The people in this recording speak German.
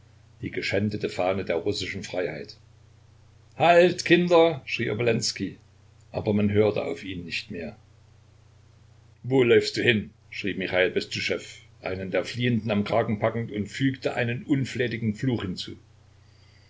die geschändete fahne der russischen freiheit halt kinder schrie obolenskij aber man hörte auf ihn nicht mehr wo läufst du hin schrie michal bestuschew einen der fliehenden am kragen packend und fügte einen unflätigen fluch hinzu